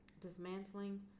dismantling